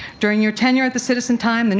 during your tenure at the citizen-times, and